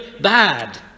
bad